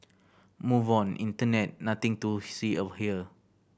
move on internet nothing to see of here